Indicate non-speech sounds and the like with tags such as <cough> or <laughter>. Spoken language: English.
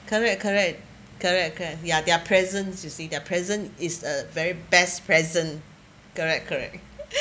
correct correct correct correct ya their presence you see their presence is a very best present correct correct <laughs>